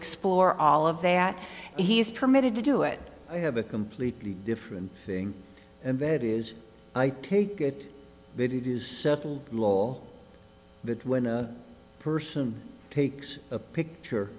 explore all of that he is permitted to do it i have a completely different thing and that is i take it that it is law that when a person takes a picture